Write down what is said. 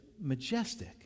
majestic